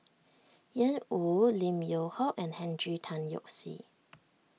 Ian Woo Lim Yew Hock and Henry Tan Yoke See